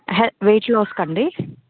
wait loss కా అండి